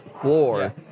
floor